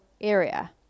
area